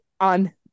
on